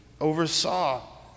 oversaw